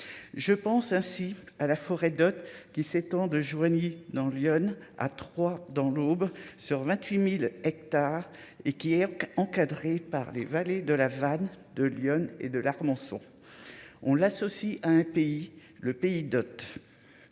je pense ainsi à la forêt d'Othe qui s'étend de Joigny dans l'Yonne à Troyes dans l'Aube, sur 28000 hectares et est encadré par des vallées de la vanne de l'Yonne et de l'sont, on l'associe à un pays, le pays d'Othe